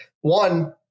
one